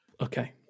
Okay